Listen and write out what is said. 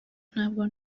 ntabwo